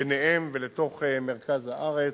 ביניהם, ולתוך מרכז הארץ.